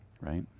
right